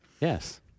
Yes